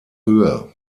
höhe